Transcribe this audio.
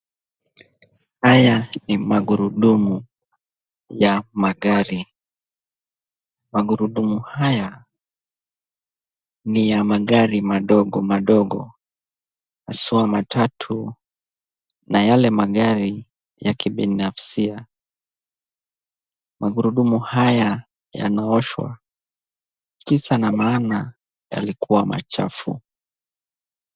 Haya ni magurudumu ya magari. Magurudumu haya ni ya magari madogo madogo haswa matatu na yale magari ya kibinafsia. Magurudumu haya yanaoshwa. Kisa na maana yalikua machafu.